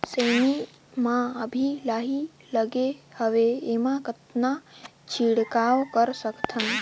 सेमी म अभी लाही लगे हवे एमा कतना छिड़काव कर सकथन?